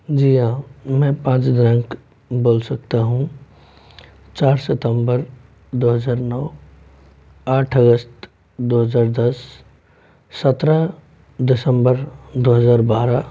जी हाँ मैं पाँच दिनांक बोल सकता हूँ चार सितम्बर दो हज़ार नौ आठ अगस्त दो हज़ार दस सत्रह दिसम्बर दो हज़ार बारह